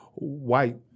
white